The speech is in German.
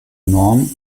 norm